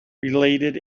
related